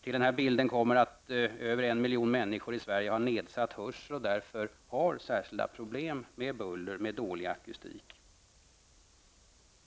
Till den bilden kommer att över en miljon människor i Sverige har nedsatt hörsel och därför har särskilda problem med buller och dålig akustik.